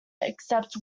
except